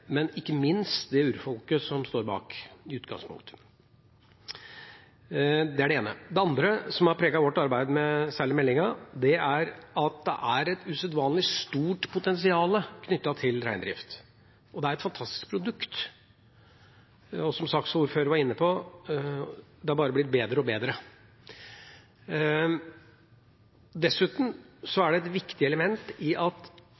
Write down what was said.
ikke minst for urfolket som står bak. Det er det ene. Det andre som har preget vårt arbeid, særlig med meldingen, er det usedvanlig store potensialet knyttet til reindrift. Det er et fantastisk produkt, og som saksordfører var inne på, har det bare blitt bedre og bedre. Dessuten er det et viktig element i at